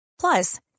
Plus